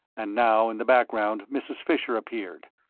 and now in the background mrs. fisher appeared.